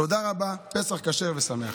תודה רבה, פסח כשר ושמח.